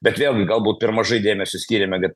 bet vėl gi galbūt per mažai dėmesio skyrėme bet